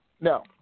No